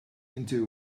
into